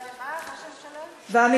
ראש הממשלה, באין תקווה, מה?